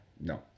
No